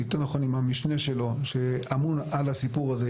יותר נכון עם המשנה שלו שאמון על הסיפור הזה,